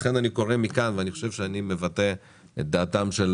לכן אני קורא מכאן ואני חושב שאני מבטא את דעתם של